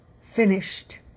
finished